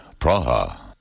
Praha